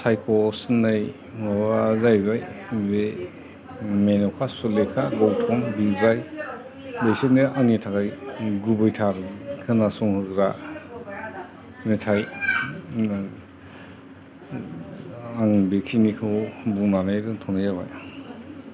सायख' सिननाय माबा जायैबाय बे मेन'का सुलेखा गौथम बिग्राय बिसोरनो आंनि थाखाय गुबैथार खोनासं होग्रा मेथाइ आं बे खिनिखौ बुंनानै दोनथनाय जाबाय